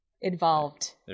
involved